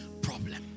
problem